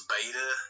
Beta